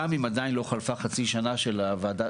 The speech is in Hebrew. גם אם עדיין לא חלפה חצי שנה של הוועדה